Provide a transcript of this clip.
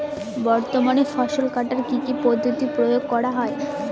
বর্তমানে ফসল কাটার কি কি পদ্ধতি প্রয়োগ করা হয়?